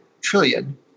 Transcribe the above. trillion